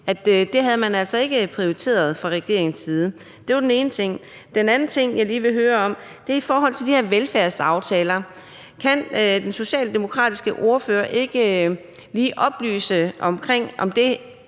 at det havde man ikke prioriteret fra regeringens side? Det var den ene ting. Den anden ting, jeg lige vil høre om, er i forhold til de her velfærdsaftaler. Kan den socialdemokratiske ordfører ikke lige oplyse, om de her